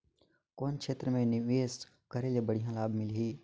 कौन क्षेत्र मे निवेश करे ले बढ़िया लाभ मिलही?